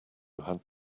had